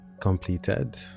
completed